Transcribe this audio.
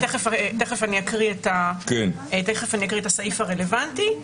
תיכף אני אקריא את הסעיף הרלוונטי,